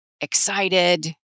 excited